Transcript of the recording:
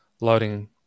loading